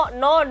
no